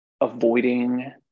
avoiding